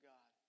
God